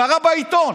קרא בעיתון,